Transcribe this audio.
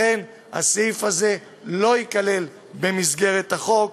לכן הסעיף הזה לא ייכלל במסגרת החוק,